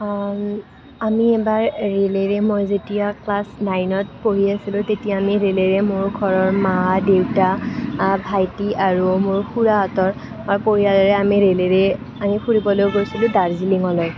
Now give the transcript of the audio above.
আমি এবাৰ ৰে'লেৰে মই যেতিয়া ক্লাচ নাইনত পঢ়ি আছিলোঁ তেতিয়া আমি ৰে'লেৰে মোৰ ঘৰৰ মা দেউতা ভাইটি আৰু মোৰ খুৰাহঁতৰ পৰিয়ালেৰে আমি ৰে'লেৰে আমি ফুৰিবলৈ গৈছিলোঁ দাৰ্জিলিঙলৈ